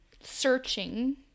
searching